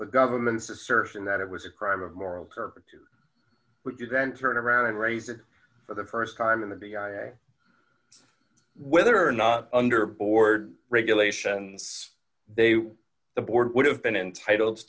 the government's assertion that it was a crime of moral turpitude but you then turn around and raise it for the st time in the big whether or not under board regulations they the board would have been entitle